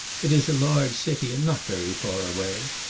it is a large city and not very far away,